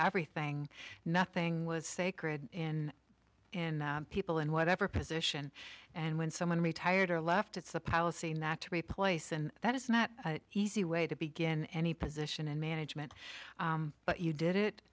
everything nothing was sacred in in people in whatever position and when someone retired or left it's a policy not to replace and that is not easy way to begin any position in management but you did it